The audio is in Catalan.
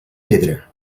pedra